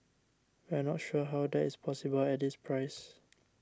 we're not sure how that is possible at this price